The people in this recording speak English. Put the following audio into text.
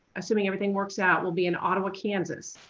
assuming everything works out will be in ottawa, kansas